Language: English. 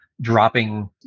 dropping